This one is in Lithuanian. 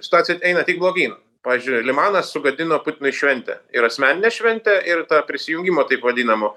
situacija eina tik blogyn pavyzdžiui limanas sugadino putinui šventę ir asmeninę šventę ir tą prisijungimo taip vadinamo